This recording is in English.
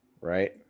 right